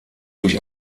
durch